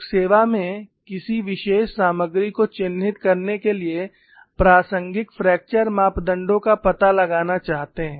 लोग सेवा में किसी विशेष सामग्री को चिह्नित करने के लिए प्रासंगिक फ्रैक्चर मापदंडों का पता लगाना चाहते हैं